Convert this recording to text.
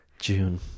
June